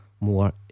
more